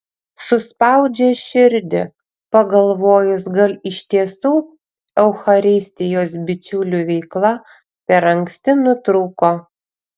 suspaudžia širdį pagalvojus gal iš tiesų eucharistijos bičiulių veikla per anksti nutrūko